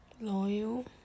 loyal